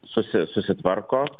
susi susitvarko